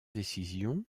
décision